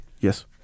Yes